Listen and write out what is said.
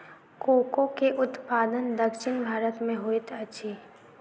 cocoa के उत्पादन दक्षिण भारत में होइत अछि